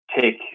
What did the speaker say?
take